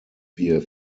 wir